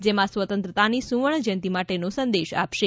જેમાં સ્વતંત્રતાની સુવર્ણ જયંતી માટે નો સંદેશ અપાશે